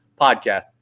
podcast